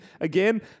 Again